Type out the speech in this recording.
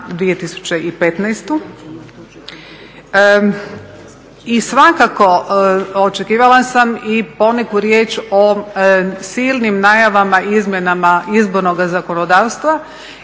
2015. I svakako očekivala sam i poneku riječ o silnim najavama izmjenama izbornoga zakonodavstva